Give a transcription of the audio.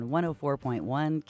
104.1